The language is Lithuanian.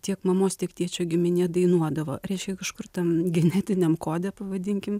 tiek mamos tiek tėčio giminė dainuodavo reiškia kažkur tam genetiniam kode pavadinkim